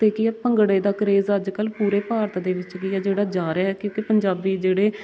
ਅਤੇ ਕੀ ਹੈ ਭੰਗੜੇ ਦਾ ਕਰੇਜ਼ ਅੱਜ ਕੱਲ੍ਹ ਪੂਰੇ ਭਾਰਤ ਦੇ ਵਿੱਚ ਕੀ ਹੈ ਜਿਹੜਾ ਜਾ ਰਿਹਾ ਕਿਉਂਕਿ ਪੰਜਾਬੀ ਜਿਹੜੇ